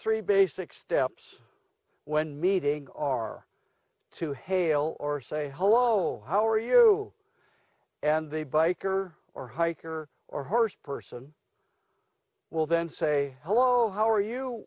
three basic steps when meeting are to hail or say hello how are you and the biker or hiker or horse person will then say hello how are you